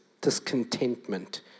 discontentment